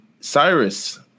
Cyrus